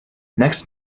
next